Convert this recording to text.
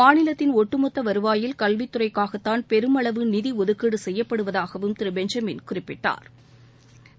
மாநிலத்தின் ஒட்டுமொத்த வருவாயில் கல்வித்துறைக்காகத் தான் பெருமளவு நிதி ஒதுக்கீடு செய்யப்படுவதாகவும் திரு பெஞ்சமின் குறிப்பிட்டாா்